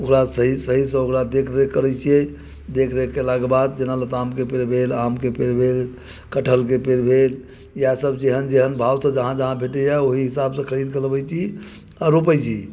ओकरा सही सही सँ ओकरा देख रेख करै छियै देख रेख केला के बाद जेना लताम के पेड़ भेल आम के पेड़ भेल कठहल के पेड़ भेल इएह सब जेहन जेहन भाव से जहाँ भेटैया ओहि हिसाब सँ खरीद के लबै छी आ रोपै छी